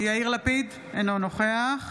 אינו נוכח